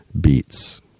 beats